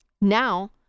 now